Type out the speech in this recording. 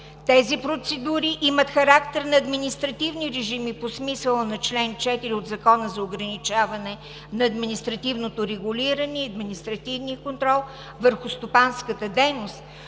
Тези процедури имат характер на административни режими по смисъла на чл. 4 от Закона за ограничаване на административното регулиране и административния контрол върху стопанската дейност,